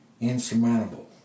insurmountable